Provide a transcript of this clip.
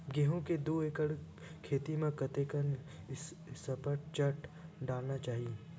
गेहूं के दू एकड़ खेती म कतेकन सफाचट डालना चाहि?